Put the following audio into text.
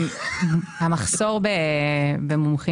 המחסור במומחים